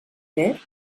ver